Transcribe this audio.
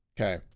Okay